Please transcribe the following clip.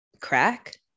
Crack